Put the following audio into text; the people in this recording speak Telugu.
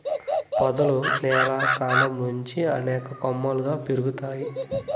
పొదలు నేల కాండం నుంచి అనేక కొమ్మలుగా పెరుగుతాయి